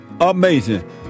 Amazing